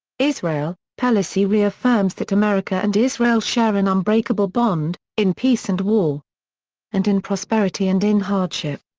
israel pelosi reaffirms that america and israel share an unbreakable bond in peace and war and in prosperity and in hardship.